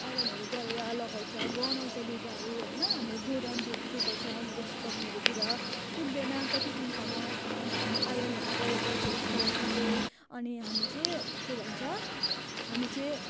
आइरनहरू गरेर लगाउँछ गन्हाउँछ लुगाहरू होइन हामीले गोडाउनतिर सुकाउँछ लुगा सुकाउनेहरूतिर सुक्दैन कति दिनसम्म अन्त हामीले आइरनहरू प्रयोग गर्छु त्यसको लागि चाहिँ अनि हामी चाहिँ के भन्छ हामी चाहिँ